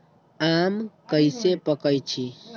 आम कईसे पकईछी?